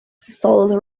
sole